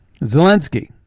Zelensky